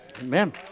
Amen